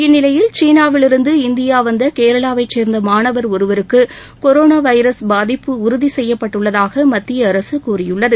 இந்நிலையில் சீனாவிலிருந்து இந்தியா வந்த கேரளாவை சேர்ந்த மாணவர் ஒருவருக்கு கொரோனா வைரஸ் பாதிப்பு உறுதி செய்யப்பட்டுள்ளதாக மத்திய அரசு கூறியுள்ளது